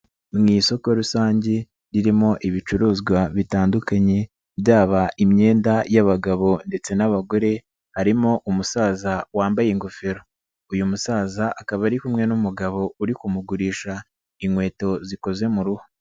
Mu isoko rusange ririmo ibicuruzwa bitandukanye byaba imyenda y'abagabo ndetse n'abagore, harimo umusaza wambaye ingofero. Uyu musaza akaba ari kumwe n'umugabo uri kumugurisha inkweto zikoze mu ruhu.